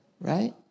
right